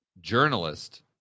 journalist